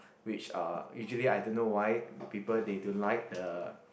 which uh usually I don't know why the people they don't like the